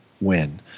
win